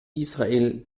israel